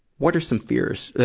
what are some fears?